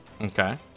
Okay